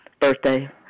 birthday